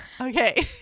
Okay